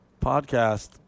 podcast